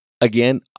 again